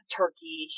turkey